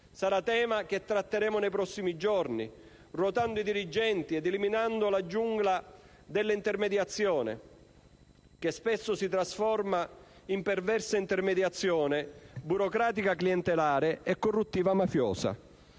sarà tema che tratteremo nei prossimi giorni - ruotando i dirigenti ed eliminando la giungla dell'intermediazione, che spesso si trasforma in perversa intermediazione burocratico-clientelare e corruttivo-mafiosa.